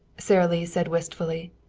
sara lee said wistfully.